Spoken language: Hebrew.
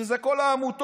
שזה כל העמותות,